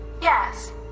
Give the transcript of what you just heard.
Yes